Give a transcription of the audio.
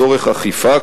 פיקוח ובמידת הצורך אכיפה,